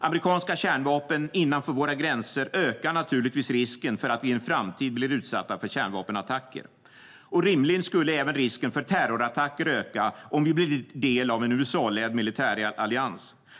Amerikanska kärnvapen innanför våra gränser ökar naturligtvis risken för att vi i en framtid blir utsatta för kärnvapenattacker. Rimligen skulle även risken för terrorattacker öka om vi blir del av en USA-ledd militärallians.